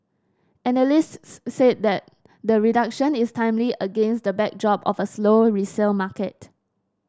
analysts said that the reduction is timely against the backdrop of a slow resale market